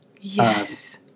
Yes